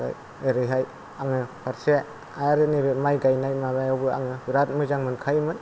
ओरैहाय आङो फारसे आरो नैबे माइ गायनाय माबायावबो आङो बेराद मोजां मोनखायोमोन